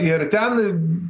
ir ten